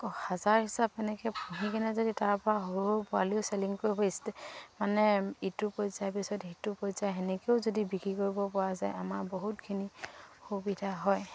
হাজাৰ হিচাপ এনেকৈ পুহি কিনে যদি তাৰপৰা সৰু সৰু পোৱালিও চেলিং কৰিব মানে ইটো পৰ্যায় পিছত সিটো পৰ্যায় সেনেকৈও যদি বিক্ৰী কৰিব পৰা যায় আমাৰ বহুতখিনি সুবিধা হয়